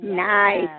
Nice